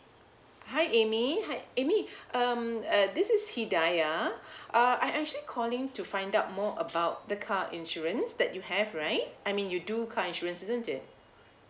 hi amy hi amy um uh this is hidayah uh I actually calling to find out more about the car insurance that you have right I mean you do car insurance isn't it